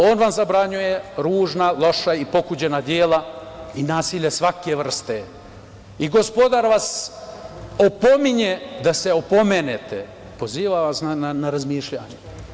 On vam zabranjuje ružna, loša i pokuđena dela i nasilje svake vrste, i Gospodar vas opominje da se opomenete, poziva vas na razmišljanje.